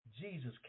Jesus